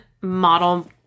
model